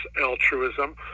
altruism